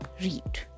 read